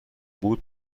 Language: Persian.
بود